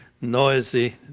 noisy